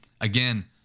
again